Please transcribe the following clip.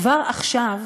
כבר עכשיו